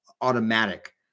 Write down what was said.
automatic